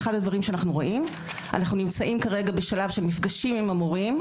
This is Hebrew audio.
אחד הדברים שאנחנו רואים: אנחנו נמצאים כרגע בשלב של מפגשים עם המורים,